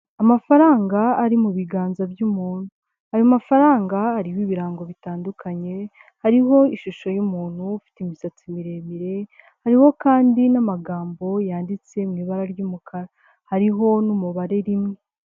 Amafaranga ari mu biganza by'umuntu, ayo mafaranga arimo ibirango bitandukanye, hariho ishusho y'umuntu ufite imisatsi miremire, hariho kandi n'amagambo yanditse mu ibara ry'umukara, hariho n'umubare rimwe.